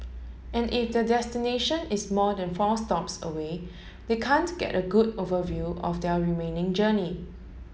and if their destination is more than four stops away they can't get a good overview of their remaining journey